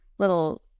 Little